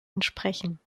entsprechen